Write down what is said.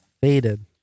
faded